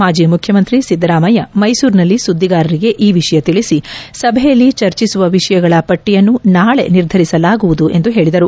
ಮಾಜಿ ಮುಖ್ಯಮಂತ್ರಿ ಸಿದ್ಧರಾಮಯ್ಯ ಮೈಸೂರಿನಲ್ಲಿ ಸುದ್ದಿಗಾರರಿಗೆ ಈ ವಿಷಯ ತಿಳಿಸಿ ಸಭೆಯಲ್ಲಿ ಚರ್ಚಿಸುವ ವಿಷಯಗಳ ಪಟ್ಟಯನ್ನು ನಾಳೆ ನಿರ್ಧರಿಸಲಾಗುವುದು ಎಂದು ಹೇಳಿದರು